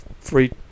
free